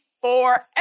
forever